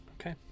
okay